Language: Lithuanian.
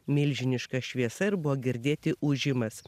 milžiniška šviesa ir buvo girdėti ūžimas